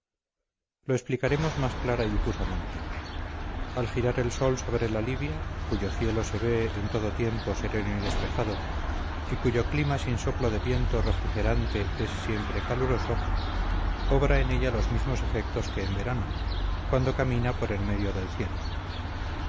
lo explicaremos más clara y difusamente al girar el sol sobre la libia cuyo cielo se ve en todo tiempo sereno y despejado y cuyo clima sin soplo de viento refrigerante es siempre caluroso obra en ella los mismos efectos que en verano cuando camina por en medio del cielo